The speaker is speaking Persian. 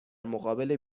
مقابل